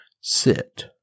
sit